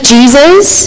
Jesus